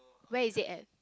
where is it at